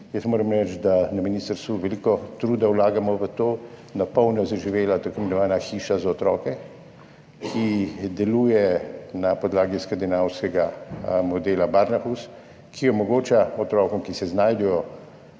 Moram reči, da na ministrstvu veliko truda vlagamo v to. Na polno je zaživela tako imenovana Hiša za otroke, ki deluje na podlagi skandinavskega modela Barnahus, ki omogoča otrokom, ki se znajdejo